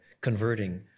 converting